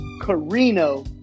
Carino